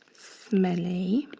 smelly